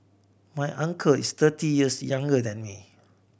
my uncle is thirty years younger than me